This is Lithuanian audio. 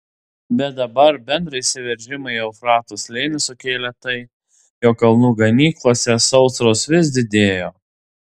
bet dabar bendrą įsiveržimą į eufrato slėnį sukėlė tai jog kalnų ganyklose sausros vis didėjo